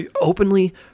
openly